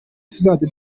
tuzajya